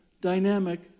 dynamic